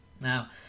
now